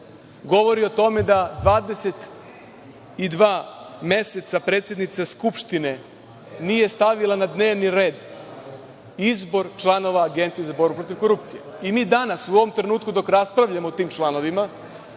govori o tome da 22 meseca predsednica Skupštine nije stavila na dnevni red izbor članova Agencije za borbu protiv korupcije. Mi danas u ovom trenutku, dok raspravljamo o tim članovima